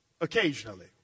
occasionally